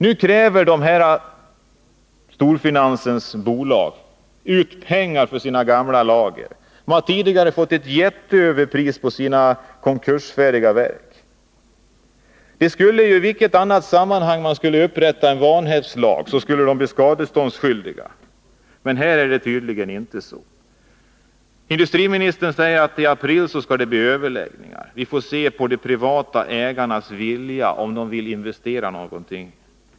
Nu kräver storfinansens bolag pengar för sina gamla lager. Tidigare har de fått ett jätteöverpris för sina konkursfärdiga verk. I vilket annat sammanhang som helst där man upprättar en vanhävdslag skulle vederbörande bli skadeståndsskyldig. Men här är det tydligen inte på det sättet. Industriministern säger att det skall bli överläggningar i april. Vi får se, heter det, om de privata ägarna vill investera någonting.